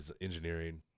engineering